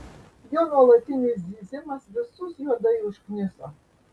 jo nuolatinis zyzimas visus juodai užkniso